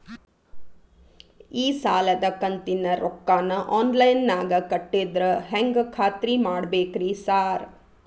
ಈ ಸಾಲದ ಕಂತಿನ ರೊಕ್ಕನಾ ಆನ್ಲೈನ್ ನಾಗ ಕಟ್ಟಿದ್ರ ಹೆಂಗ್ ಖಾತ್ರಿ ಮಾಡ್ಬೇಕ್ರಿ ಸಾರ್?